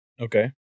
Okay